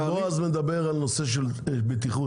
אבל בועז מדבר על נושא של בטיחות.